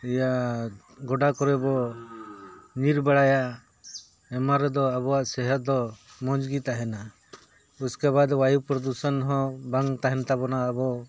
ᱤᱭᱟᱹ ᱜᱚᱰᱟ ᱠᱚᱨᱮᱵᱚᱱ ᱧᱤᱨ ᱵᱟᱲᱟᱭᱟ ᱟᱭᱢᱟ ᱨᱮᱫᱚ ᱟᱵᱚᱣᱟᱜ ᱥᱮᱦᱮᱫ ᱫᱚ ᱢᱚᱡᱽᱜᱮ ᱛᱟᱦᱮᱱᱟ ᱩᱥᱠᱟᱹᱵᱟᱫ ᱵᱟᱭᱩ ᱯᱨᱚᱫᱩᱥᱚᱱ ᱦᱚᱸ ᱵᱟᱝ ᱛᱟᱦᱮᱱ ᱛᱟᱵᱚᱱᱟ ᱟᱵᱚ